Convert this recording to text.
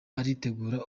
aritegura